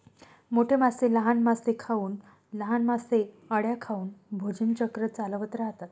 मोठे मासे लहान मासे खाऊन, लहान मासे अळ्या खाऊन भोजन चक्र चालवत राहतात